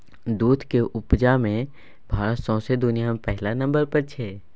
दुधक उपजा मे भारत सौंसे दुनियाँ मे पहिल नंबर पर छै